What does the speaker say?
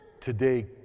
today